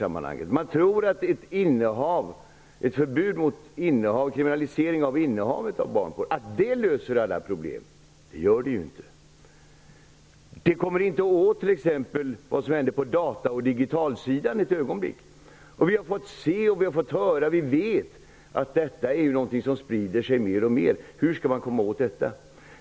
Man tror att en kriminalisering av innehavet av barnpornografi löser alla problem. Det gör den inte. Vi kommer t.ex. inte åt vad som händer på data och digitalsida. Vi har fått se och höra och vi vet att det är någonting som sprider sig mer och mer. Hur skall man komma åt det?